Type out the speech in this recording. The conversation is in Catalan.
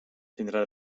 tindrà